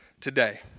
today